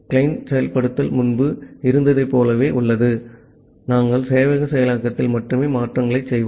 client செயல்படுத்தல் முன்பு இருந்ததைப் போலவே உள்ளது நாங்கள் சேவையக செயலாக்கத்தில் மட்டுமே மாற்றங்களைச் செய்வோம்